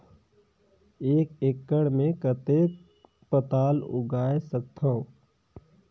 एक एकड़ मे कतेक पताल उगाय सकथव?